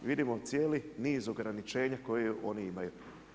Vidimo cijeli niz ograničenja koje oni imaju.